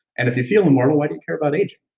and if you feel immortal, why do you care about aging?